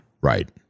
Right